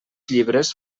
llibres